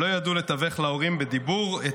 שלא ידעו לתווך להוריהם בדיבור את